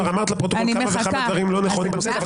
את כבר אמרת לפרוטוקול כמה וכמה דברים לא נכונים בנושא הזה,